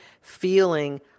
feeling